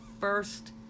first